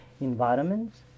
environments